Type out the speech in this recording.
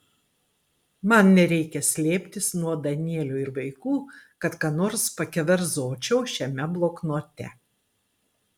man nereikia slėptis nuo danielio ir vaikų kad ką nors pakeverzočiau šiame bloknote